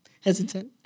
Hesitant